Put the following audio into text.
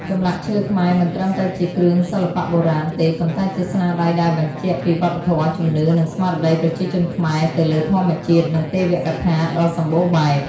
ចម្លាក់ឈើខ្មែរមិនត្រឹមតែជាគ្រឿងសិល្បៈបុរាណទេ ប៉ុន្តែជាស្នាដៃដែលបញ្ជាក់ពីវប្បធម៌ ជំនឿ និងស្មារតីប្រជាជនខ្មែរទៅលើធម្មជាតិ និងទេវកថាដ៏សម្បូរបែប។